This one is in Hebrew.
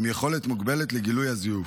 עם יכולת מוגבלת לגילוי הזיוף.